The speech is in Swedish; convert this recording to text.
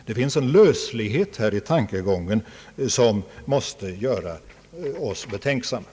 Det finns en löslighet i denna tankegång som måste göra oss betänksamma.